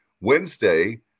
Wednesday